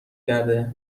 کرده